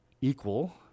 equal